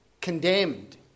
condemned